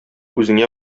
үзеңә